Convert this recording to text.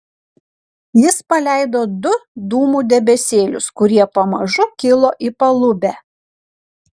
jis paleido du dūmų debesėlius kurie pamažu kilo į palubę